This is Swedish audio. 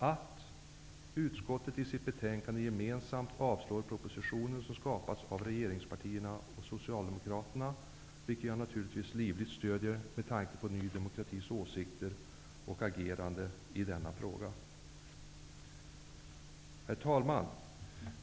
Utskottet avstyrker i sitt betänkande propositionen, som har skapats efter uppgörelsen mellan regeringspartierna och Socialdemokraterna, vilket jag naturligtvis livligt stöder, med tanke på Ny demokratis åsikter och agerande i denna fråga. Herr talman!